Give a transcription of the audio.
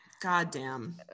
Goddamn